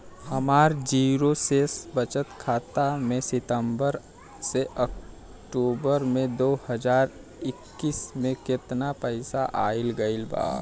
हमार जीरो शेष बचत खाता में सितंबर से अक्तूबर में दो हज़ार इक्कीस में केतना पइसा आइल गइल बा?